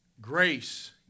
Grace